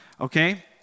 okay